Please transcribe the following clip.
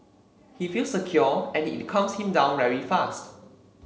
he feels secure and it calms him down very fast